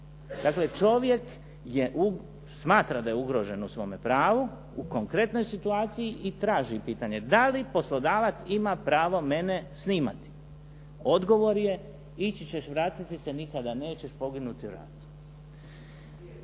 Dakle, čovjek je, smatra da je ugrožen u svome pravu, u konkretnoj situaciji i traži pitanje da li poslodavac ima pravo mene snimati. Odgovor je, ići ćeš vratiti se nikada nećeš, …/Govornik